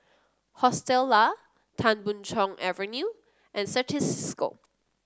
Hostel Lah Tan Boon Chong Avenue and Certis Cisco